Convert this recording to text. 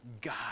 God